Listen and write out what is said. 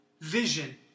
vision